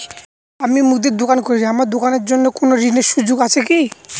আমি মুদির দোকান করি আমার দোকানের জন্য কোন ঋণের সুযোগ আছে কি?